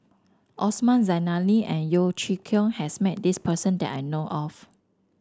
Osman Zailani and Yeo Chee Kiong has met this person that I know of